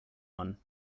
one